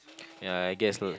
ya I guess the